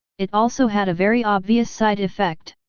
it also had a very obvious side effect.